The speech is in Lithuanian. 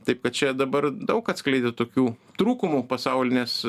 taip kad čia dabar daug atskleidė tokių trūkumų pasaulinės